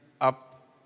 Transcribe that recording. up